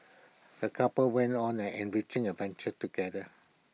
the couple went on an enriching adventure together